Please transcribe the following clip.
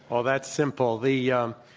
well, that's simple. the yeah um